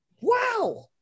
Wow